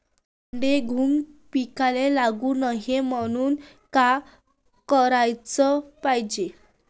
सोंडे, घुंग पिकाले लागू नये म्हनून का कराच पायजे?